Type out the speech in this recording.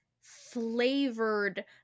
flavored